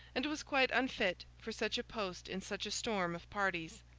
and was quite unfit for such a post in such a storm of parties.